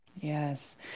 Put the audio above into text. Yes